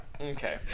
okay